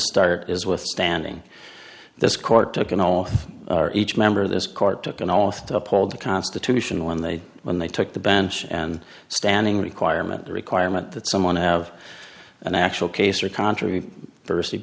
start is withstanding this court took an oath each member of this court took an oath to uphold the constitution when they when they took the bench and standing requirement the requirement that someone have an actual case or contrary